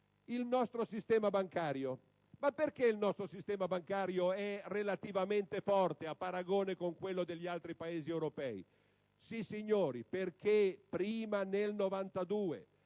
il nostro sistema bancario. Ma perché il nostro sistema bancario è relativamente forte a paragone con quello degli altri Paesi europei? Nel 1992 e poi negli